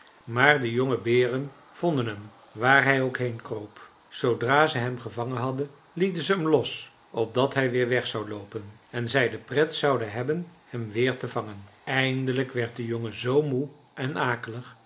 maar de jonge beren vonden hem waar hij ook heenkroop zoodra ze hem gevangen hadden lieten ze hem los opdat hij weer weg zou loopen en zij de pret zouden hebben hem weer te vangen eindelijk werd de jongen z moe en